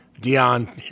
Dion